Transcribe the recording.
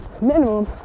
minimum